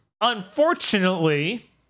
Unfortunately